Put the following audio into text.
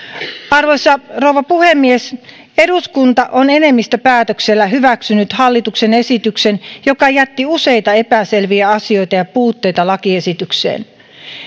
arvoisa rouva puhemies eduskunta on enemmistöpäätöksellä hyväksynyt hallituksen esityksen joka jätti useita epäselviä asioita ja puutteita lakiesitykseen